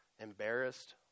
embarrassed